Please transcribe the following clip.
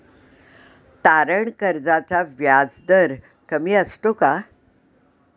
तारण कर्जाचा व्याजदर कमी असतो का?